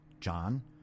John